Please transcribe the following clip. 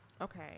Okay